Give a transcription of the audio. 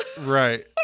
Right